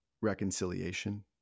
reconciliation